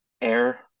air